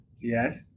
Yes